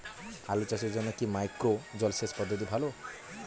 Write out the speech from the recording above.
আলু চাষের জন্য কি মাইক্রো জলসেচ পদ্ধতি ভালো?